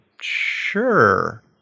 sure